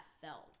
felt